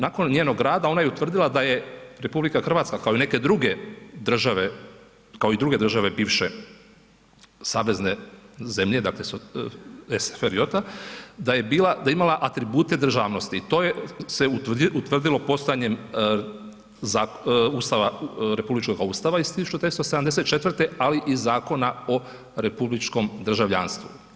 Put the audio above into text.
Nakon njenog rada ona je utvrdila da je RH kao i neke druge države, kao i druge države bivše savezne zemlje, dakle SFRJ, da je bila, da je imala atribute državnosti i to je se utvrdilo postojanjem Ustava, republičkoga Ustava iz 1974. ali i Zakona o republičkom državljanstvu.